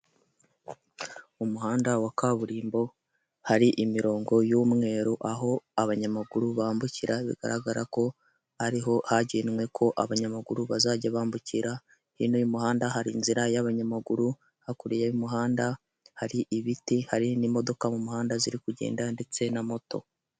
Umuhanda wa kaburimbo hari imirongo y'umweru aho abanyamaguru bambukira bigaragara ko ariho hagenwe ko abanyamaguru bazajya bambukira, bene uyu muhanda hari inzira y'abanyamaguru, hakurya y'umuhanda hari ibiti hari n'imodoka mu muhanda ziri kugenda ndetse na moto.